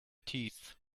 teeth